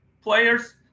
players